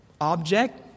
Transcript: object